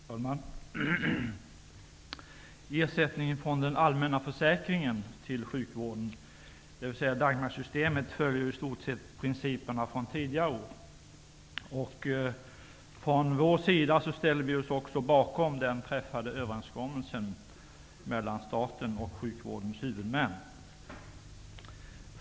Fru talman! Ersättningen från den allmänna försäkringen till sjukvården, dvs. Dagmarsystemet, följer i stort sett principerna från tidigare år. Vi ställer oss bakom den träffade överenskommelsen mellan staten och sjukvårdens huvudmän.